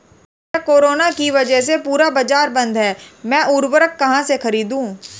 भैया कोरोना के वजह से पूरा बाजार बंद है मैं उर्वक कहां से खरीदू?